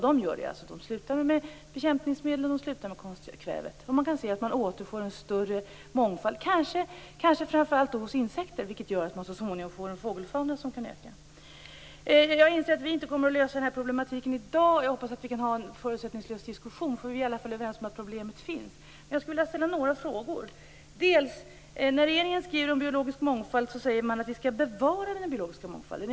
De slutar alltså med bekämpningsmedel och konstkväve och återfår en större mångfald, kanske framför allt av insekter. Det gör att man så småningom kan få en ökande fågelfauna. Jag inser att vi inte kan lösa dessa problem i dag. Jag hoppas dock att vi kan ha en förutsättningslös diskussion. Vi är i alla fall överens om att problemet finns. Jag skulle vilja ställa några frågor. När regeringen skriver om biologisk mångfald står det att vi skall bevara den biologiska mångfalden.